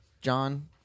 John